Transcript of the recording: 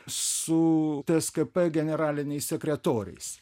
su tskp generaliniais sekretoriais